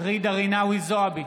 ג'ידא רינאוי זועבי,